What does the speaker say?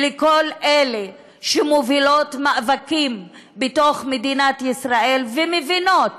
ולכל אלה שמובילות מאבקים בתוך מדינת ישראל ומבינות